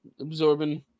absorbing